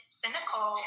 cynical